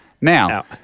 Now